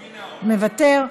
מוותר.